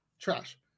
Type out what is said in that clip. trash